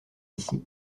ici